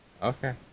Okay